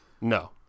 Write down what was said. No